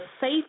safe